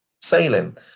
sailing